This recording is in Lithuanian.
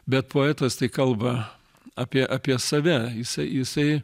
bet poetas tai kalba apie apie save jisai jisai